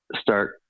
start